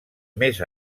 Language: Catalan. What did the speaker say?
més